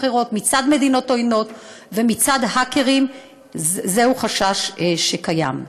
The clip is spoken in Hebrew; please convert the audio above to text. אחרות מצד מדינות עוינות ומצד האקרים הוא חשש שקיים.